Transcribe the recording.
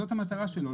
זאת המטרה שלו.